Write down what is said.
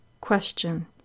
Question